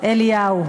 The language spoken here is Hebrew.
ובכל זאת,